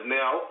now